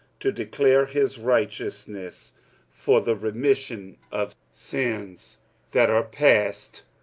to declare his righteousness for the remission of sins that are past,